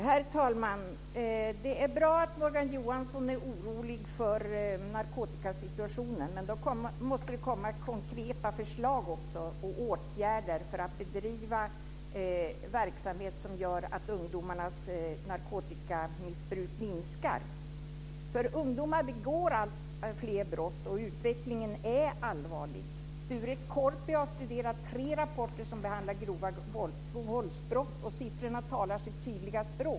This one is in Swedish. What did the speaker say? Herr talman! Det är bra att Morgan Johansson är orolig för narkotikasituationen. Men det måste komma konkreta förslag och åtgärder för att bedriva verksamhet som gör att ungdomarnas narkotikamissbruk minskar. Ungdomar begår alltfler brott och utvecklingen är allvarlig. Sture Korpi har studerat tre rapporter som behandlar grova våldsbrott. Siffrorna talar sitt tydliga språk.